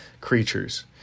creatures